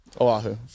Oahu